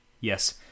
Yes